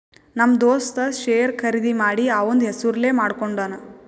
ನಮ್ ದೋಸ್ತ ಶೇರ್ ಖರ್ದಿ ಮಾಡಿ ಅವಂದ್ ಹೆಸುರ್ಲೇ ಮಾಡ್ಕೊಂಡುನ್